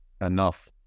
enough